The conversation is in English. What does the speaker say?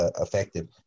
effective